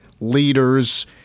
leaders